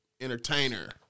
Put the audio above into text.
entertainer